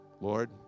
Lord